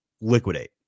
Liquidate